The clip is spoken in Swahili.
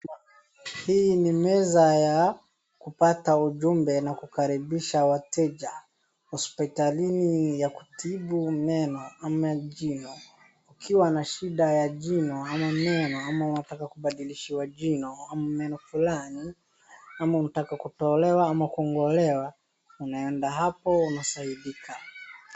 Hii ni meza ya kupata ujumbe na kukaribisha wateja hospitalini ya kutibu meno au jino. Ukiwa na shida ya jino ama unataka kubadilishiwa jino au meno fulani ama unataka kutolewa ama kung'olewa unaenda hapo unasaidika.